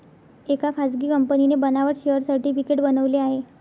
एका खासगी कंपनीने बनावट शेअर सर्टिफिकेट बनवले आहे